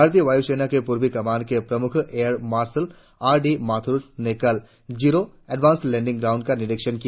भारतीय वायू सेना की पूर्वी कमान के प्रमुख air marshal R D Mathur ने कल जिरो एडवांस लैंडिंग ग्राउंड का निरीक्षण किया